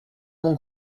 mon